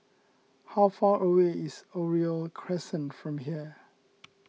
how far away is Oriole Crescent from here